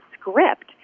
script